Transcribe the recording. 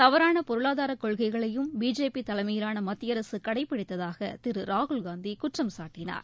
தவறான பொருளாதார கொள்கைகளையும் பிஜேபி தலைமையிலான மத்திய அரசு கடைபிடித்ததாக திரு ராகுல்காந்தி குற்றம் சாட்டினார்